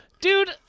Dude